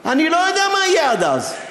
אני לא יודע מה יהיה עד אז.